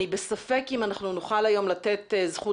אני בספק אם אנחנו נוכל היום לתת זכות